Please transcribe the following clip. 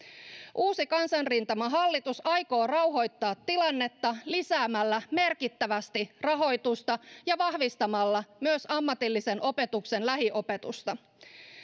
uusi kansanrintamahallitus aikoo rauhoittaa tilannetta lisäämällä merkittävästi rahoitusta ja vahvistamalla myös ammatillisen opetuksen lähiopetusta